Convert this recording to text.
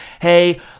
Hey